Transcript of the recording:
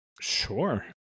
Sure